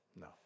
No